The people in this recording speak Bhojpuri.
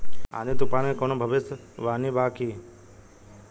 आँधी तूफान के कवनों भविष्य वानी बा की?